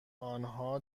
آنها